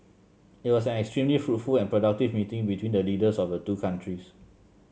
it was an extremely fruitful and productive meeting between the leaders of the two countries